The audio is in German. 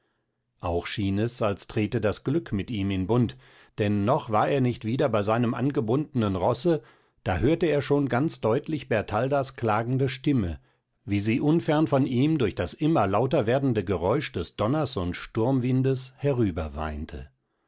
auch schien es als trete das glück mit ihm in bund denn noch war er nicht wieder bei seinem angebundenen rosse da hörte er schon ganz deutlich bertaldas klagende stimme wie sie unfern von ihm durch das immer lauter werdende geräusch des donners und sturmwindes herüber